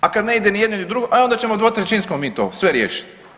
A kad ne ide ni jedno ni drugo, e onda ćemo dvotrećinskom mi to sve riješiti.